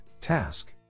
task